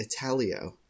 Italio